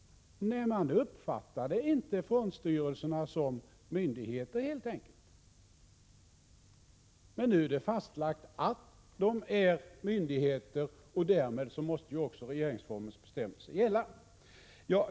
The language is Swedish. Nej, man uppfattade helt enkelt inte fondstyrelserna som myndigheter. Men nu har det fastslagits att de är myndigheter, och därmed måste regeringsformens bestämmelser gälla.